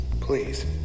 please